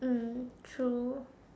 mm true